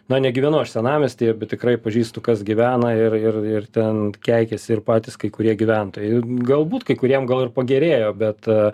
na negyvenu aš senamiestyje bet tikrai pažįstu kas gyvena ir ir ir ten keikiasi ir patys kai kurie gyventojai galbūt kai kuriem gal ir pagerėjo bet